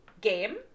Game